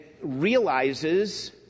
realizes